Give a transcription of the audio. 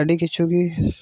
ᱟᱹᱰᱤ ᱠᱤᱪᱷᱩ ᱜᱮ